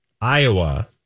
Iowa